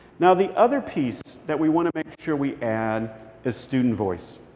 now, the other piece that we want to make sure we add is student voice.